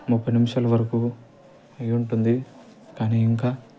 ముప్పై నిమిషాల వరకు అయ్యుంటుంది కానీ ఇంకా